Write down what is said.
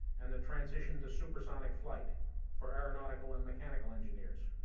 and the transition to supersonic flight for aeronautical and mechanical engineers.